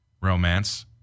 romance